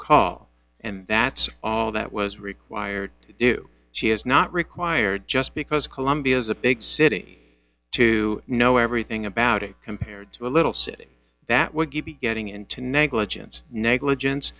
call and that's all that was required to do she has not required just because colombia is a big city to know everything about it compared to a little city that would be getting into negligence negligence